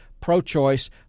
pro-choice